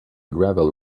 gravel